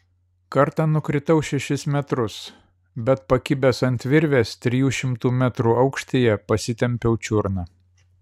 kartą nukritau šešis metrus bet pakibęs ant virvės trijų šimtų metrų aukštyje pasitempiau čiurną